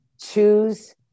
choose